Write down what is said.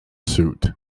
suit